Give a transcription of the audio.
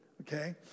okay